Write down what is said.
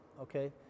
okay